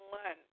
one